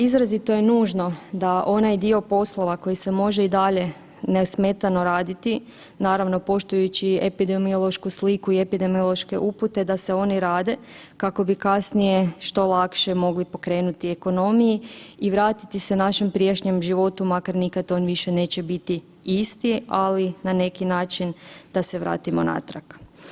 Izrazito je nužno da onaj dio poslova koji se može i dalje nesmetano raditi, naravno poštujući epidemiološku sliku i epidemiološke upute da se oni rade kako bi kasnije što lakše mogli pokrenuti ekonomiju i vratiti se našem prijašnjem životu makar nikad on više neće biti isti, ali na neki način da se vratimo natrag.